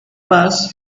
mass